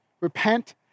Repent